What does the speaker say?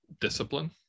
Discipline